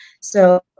So-